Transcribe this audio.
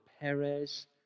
Perez